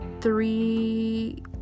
three